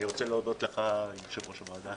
אני רוצה להודות לך, יושב-ראש הוועדה,